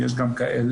יש גם כאלה.